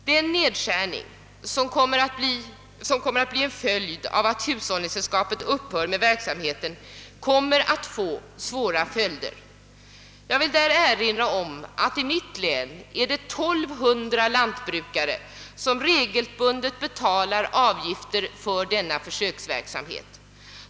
Den s.k. rationa KHsering som kommer att bli en följd av att hushållningssällskapen upphör med verksamheten kommer att få svåra följder. Jag vill därvid erinra om att det i mitt län finns 1200 lantbrukare som regelbundet betalar avgifter för försöksverksamheten i länet.